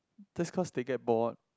that's cause they get bored